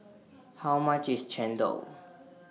How much IS Chendol